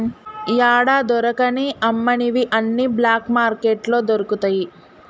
యాడా దొరకని అమ్మనివి అన్ని బ్లాక్ మార్కెట్లో దొరుకుతయి